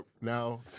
Now